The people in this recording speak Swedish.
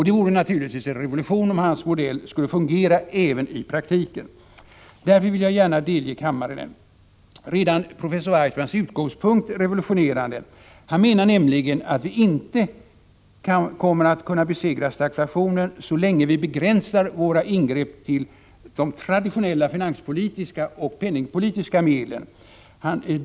Det vore naturligtvis en revolution, om hans modell skulle fungera även i praktiken. Därför vill jag gärna delge kammaren den. Redan professor Weitzmans utgångspunkt är revolutionerande. Han menar nämligen att vi inte kommer att kunna besegra stagflationen så länge vi begränsar våra ingrepp till de traditionella finanspolitiska och penningpolitiska medlen.